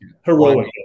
Heroic